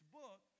book